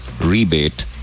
rebate